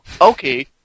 Okay